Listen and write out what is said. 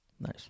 Nice